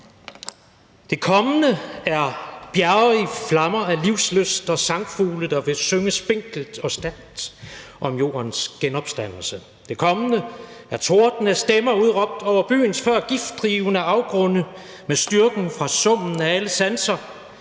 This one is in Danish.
»Det kommende er bjerge i flammer af livslyst og sangfugle der vil synge spinkelt og stærkt om jordens genopstandelse. Det kommende er torden af stemmer udråbt over byens før giftdrivende afgrunde med styrken fra summen af alle sanser.